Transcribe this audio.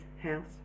house